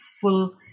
full